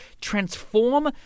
transform